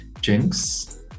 Jinx